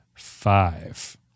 five